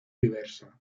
diversa